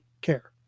care